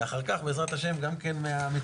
ואחר כך בעזרת השם גם כן מהמציאות.